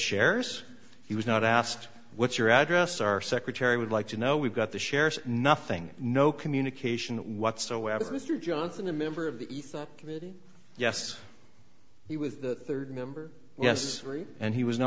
shares he was not asked what's your address our secretary would like to know we've got the shares nothing no communication whatsoever mr johnson a member of the committee yes we with member yes and he was not